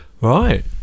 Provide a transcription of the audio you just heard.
Right